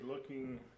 looking